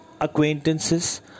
acquaintances